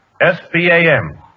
S-P-A-M